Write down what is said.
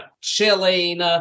chilling